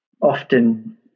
often